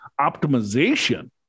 optimization